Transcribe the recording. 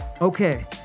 Okay